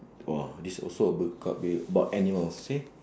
!wah! this also a good topic about animals you see